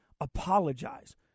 apologize